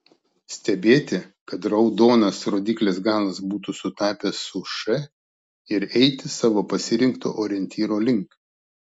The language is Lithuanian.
stebėti kad raudonas rodyklės galas būtų sutapęs su š ir eiti savo pasirinkto orientyro link